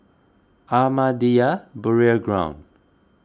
Ahmadiyya Burial Ground